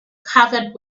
covered